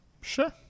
sure